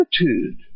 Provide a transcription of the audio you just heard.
attitude